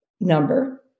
Number